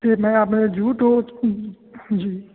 ਅਤੇ ਮੈਂ ਆਪਣੇ ਯੂਟਿਊਬ ਜੀ